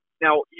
now